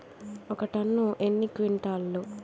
ఒక టన్ను ఎన్ని క్వింటాల్లు?